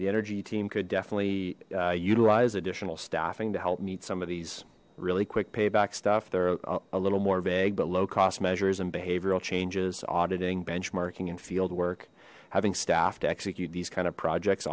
the energy team could definitely utilize additional staffing to help meet some of these really quick payback stuff they're a little more vague but low cost measures and behavioral changes auditing benchmarking and fieldwork having staff to execute these kind of projects